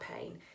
pain